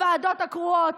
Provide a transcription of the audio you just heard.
לוועדות הקרואות,